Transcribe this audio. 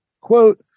quote